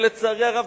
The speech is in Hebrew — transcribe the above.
ולצערי הרב,